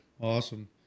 Awesome